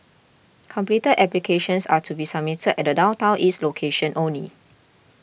completed applications are to be submitted at the Downtown East location only